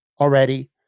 already